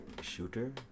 Shooter